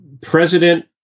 president